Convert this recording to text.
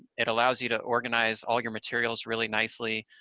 it allows you to organize all your materials really nicely.